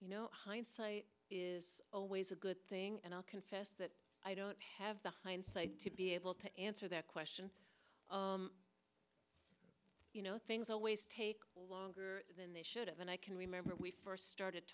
you know hindsight is always a good thing and i'll confess that i don't have the hindsight to be able to answer that question you know things always take longer than they should have and i can remember we started